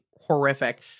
horrific